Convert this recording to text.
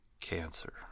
cancer